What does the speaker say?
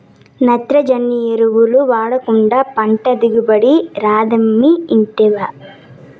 నత్రజని ఎరువులు వాడకుండా పంట దిగుబడి రాదమ్మీ ఇంటివా